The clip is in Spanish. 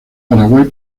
paraguay